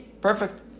perfect